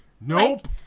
Nope